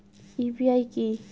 UPI কি?